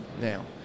now